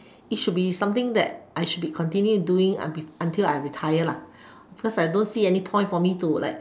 it should be something that I should be continue doing until I retire lah because I don't see any point for me to like